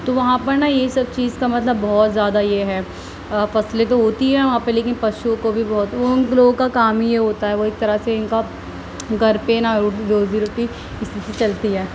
تو وہاں پر نہ یہ سب چیز کا مطلب بہت زیادہ یہ ہے فصلیں تو ہوتی ہے وہاں پہ لیکن پشوؤں کو بھی بہت ان لوگوں کا کام ہی یہ ہوتا ہے وہ ایک طرح سے ان کا گھر پہ نا روزی روٹی نہ اسی سے چلتی ہے